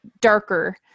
darker